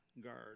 guard